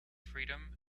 freedom